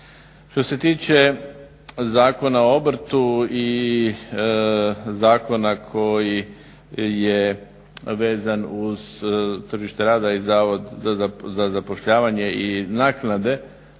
Što se tiče Zakona o obrtu i zakona koji je vezan uz tržište rada i Zavod za zapošljavanje i naknade